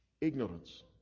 ignorance